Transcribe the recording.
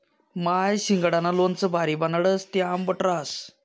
माय शिंगाडानं लोणचं भारी बनाडस, ते आंबट रहास